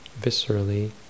viscerally